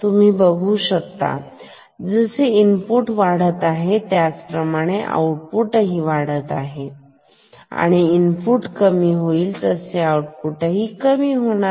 तुम्ही बघू शकता जसे इनपुट वाढत आहे त्याप्रमाणे आउटपुट ही वाढत आहे आणि त्याच प्रमाणे जसे इनपुट कमी होईल तसे आउटपुट ही कमी होईल